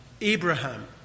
Abraham